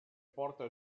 porta